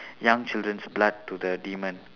young children's blood to the demon